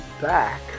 back